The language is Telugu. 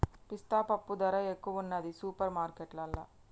పిస్తా పప్పు ధర ఎక్కువున్నది సూపర్ మార్కెట్లల్లా